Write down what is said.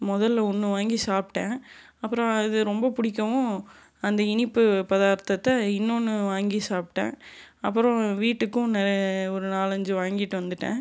முதலில் ஒன்று வாங்கி சாப்பிட்டேன் அப்புறம் அது ரொம்ப பிடிக்கவும் அந்த இனிப்பு பதார்த்தத்தை இன்னொன்று வாங்கி சாப்பிட்டேன் அப்புறம் வீட்டுக்கும் ஒரு நாலஞ்சு வாங்கிட்டு வந்துட்டேன்